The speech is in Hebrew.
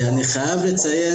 אני חייב לציין